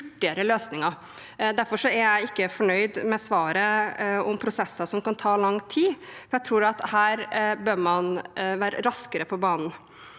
Derfor er jeg ikke fornøyd med svaret om prosesser som kan ta lang tid. Jeg tror man bør være raskere på banen